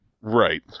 Right